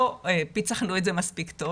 לא פיצחנו את זה מספיק טוב